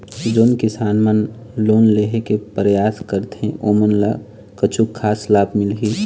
जोन किसान मन लोन लेहे के परयास करथें ओमन ला कछु खास लाभ मिलही?